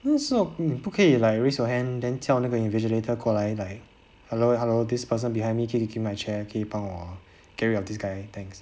为什么你不可以 like raise you hand then 叫那个 invigilator 过来 like hello hello this person behind me keep kicking my chair 可以帮我 get rid of this guy thanks